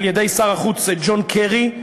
על-ידי שר החוץ ג'ון קרי.